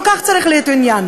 לא כך צריך להיות העניין.